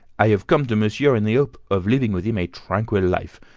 i have come to monsieur in the hope of living with him a tranquil life,